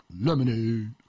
Lemonade